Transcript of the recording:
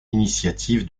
initiative